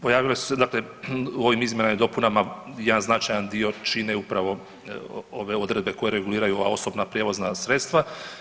Pojavile su se, dakle u ovim izmjenama i dopunama jedan značajan dio čine upravo ove odredbe koje reguliraju osobna prijevozna sredstva.